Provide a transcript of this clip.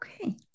Okay